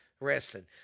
wrestling